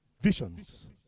Visions